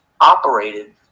operated